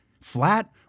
flat